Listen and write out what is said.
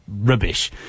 rubbish